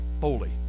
holy